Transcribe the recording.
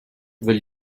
will